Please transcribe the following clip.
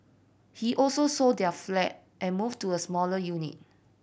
he also sold their flat and moved to a smaller unit